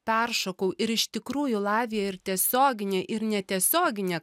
peršokau ir iš tikrųjų lavija ir tiesiogine ir netiesiogine